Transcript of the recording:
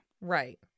Right